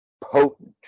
potent